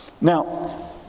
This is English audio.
Now